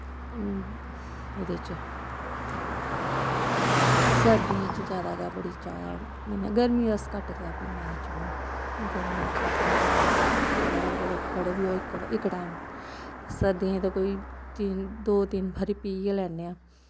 एह्दे च सर्दियें च जादै गै बड़ी चाह् पीन्ने आं गर्मियें अस घट्ट गै पीन्ने आं चाह् गर्मियें च कोई इन्नी जादै कुदै बड़ी बी होऐ इक टैम सर्दियें ते कोई दो तिन्न बारी पी गै लैन्ने आं